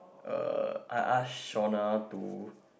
uh I ask Shona to